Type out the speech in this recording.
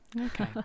Okay